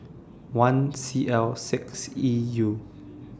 one C L six E U